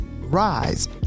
rise